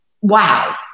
Wow